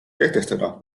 kehtestada